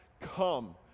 come